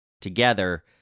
Together